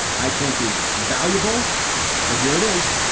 i think is valuable so here it is,